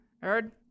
Heard